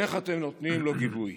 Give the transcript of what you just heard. איך אתם נותנים לו גיבוי?